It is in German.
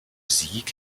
sieg